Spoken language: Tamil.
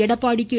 எடப்பாடி கே